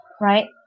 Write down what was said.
right